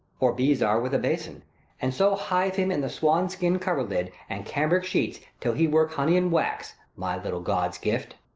or bees are with a bason and so hive him in the swan-skin coverlid, and cambric sheets, till he work honey and wax, my little god's-gift.